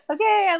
Okay